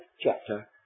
chapter